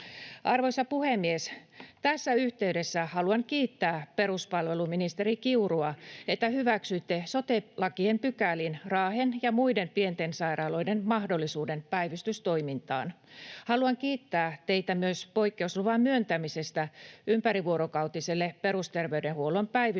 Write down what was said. Arvoisa puhemies! Tässä yhteydessä haluan kiittää peruspalveluministeri Kiurua, että hyväksyitte sote-lakien pykäliin Raahen ja muiden pienten sairaaloiden mahdollisuuden päivystystoimintaan. Haluan kiittää teitä myös poikkeusluvan myöntämisestä ympärivuorokautiselle perusterveydenhuollon päivystykselle